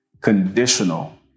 conditional